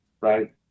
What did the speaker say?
right